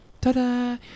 Ta-da